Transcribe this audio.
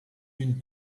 une